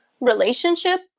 relationship